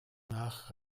nach